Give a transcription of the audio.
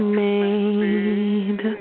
made